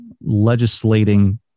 legislating